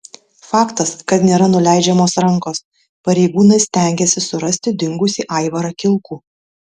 faktas kad nėra nuleidžiamos rankos pareigūnai stengiasi surasti dingusį aivarą kilkų